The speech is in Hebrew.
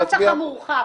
בנוסח המורחב.